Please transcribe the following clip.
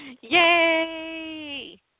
Yay